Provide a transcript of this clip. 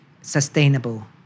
sustainable